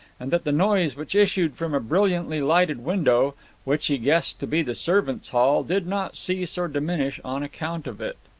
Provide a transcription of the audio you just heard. and that the noise which issued from a brilliantly lighted window which he guessed to be the servants' hall did not cease or diminish on account of it.